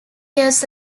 years